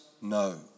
no